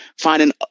finding